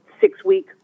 six-week